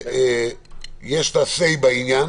שיש לה say בעניין.